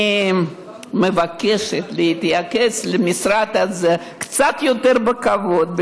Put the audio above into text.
אני מבקשת להתייחס למשרד הזה קצת יותר בכבוד,